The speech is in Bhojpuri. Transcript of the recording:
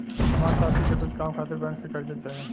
हमार साथी के कुछ काम खातिर बैंक से कर्जा चाही